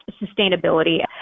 sustainability